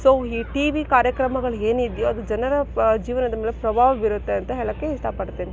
so ಈ T V ಕಾರ್ಯಕ್ರಮಗಳು ಏನಿದ್ಯೋ ಅದು ಜನರ ಜೀವನದ ಮೇಲೆ ಪ್ರಭಾವ ಬೀರುತ್ತೆ ಅಂತ ಹೇಳೋಕ್ಕೆ ಇಷ್ಟಪಡ್ತೀನಿ